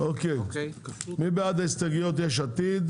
מי בעד הסתייגויות של יש עתיד?